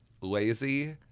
lazy